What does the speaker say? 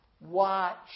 Watch